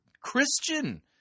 Christian